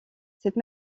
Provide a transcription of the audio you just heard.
cette